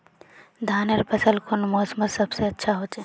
धानेर फसल कुन मोसमोत सबसे अच्छा होचे?